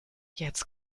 jetzt